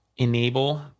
enable